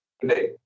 today